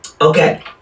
Okay